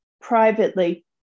privately